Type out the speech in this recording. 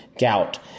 gout